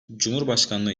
cumhurbaşkanlığı